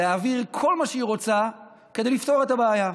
להעביר כל מה שהיא רוצה כדי לפתור את הבעיה?